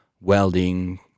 Welding